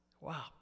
Wow